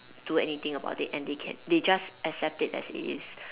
do anything about it and they can they just accept it as it is